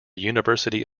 university